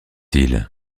ils